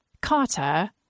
Carter